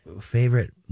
favorite